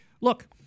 look